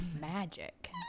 magic